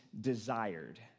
desired